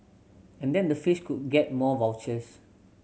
and then the fish could get more vouchers